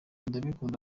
ndabikunda